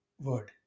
Word